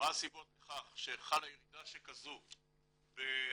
לכך שחלה ירידה שכזו מספרית.